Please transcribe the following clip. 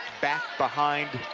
back behind